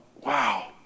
wow